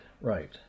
right